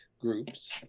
groups